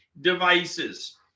devices